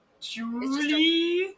Julie